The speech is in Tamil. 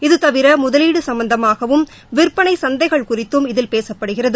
இதுதவிர முதலீடு சும்பந்தமாகவும் விற்பனை சந்தைகள் குறித்தும் இதில் பேசப்படுகிறது